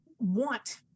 want